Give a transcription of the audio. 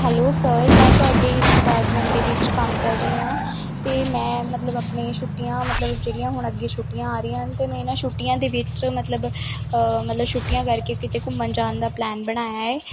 hello sir ਮੈਂ ਤੁਹਾਡੀ ਇਸ ਡਿਪਾਰਟਮੈਂਟ ਦੇ ਵਿੱਚ ਕੰਮ ਕਰ ਰਹੀ ਹਾਂ ਅਤੇ ਮੈਂ ਮਤਲਬ ਆਪਣੀ ਛੁੱਟੀਆਂ ਮਤਲਬ ਜਿਹੜੀਆਂ ਹੁਣ ਅੱਗੇ ਛੁੱਟੀਆਂ ਆ ਰਹੀਆਂ ਹਨ ਅਤੇ ਮੈਂ ਇਹਨਾਂ ਛੁੱਟੀਆਂ ਦੇ ਵਿੱਚ ਮਤਲਬ ਛੁੱਟੀਆਂ ਕਰਕੇ ਕਿਤੇ ਘੁੰਮਣ ਜਾਣ ਦਾ ਪਲਾਨ ਬਣਾਇਆ ਹੈ